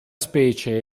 specie